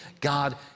God